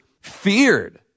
feared